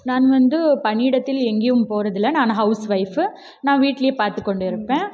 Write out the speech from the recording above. நான் வந்து பணி இடத்தில் எங்கேயும் போகிறது இல்லை நான் ஹவுஸ் ஒய்ஃப்பு நான் வீட்டுலேயே பார்த்துக்கொண்டு இருப்பேன்